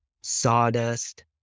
sawdust